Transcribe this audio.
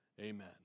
Amen